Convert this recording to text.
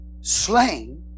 slain